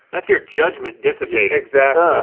that's your judgment dissipating. exactly.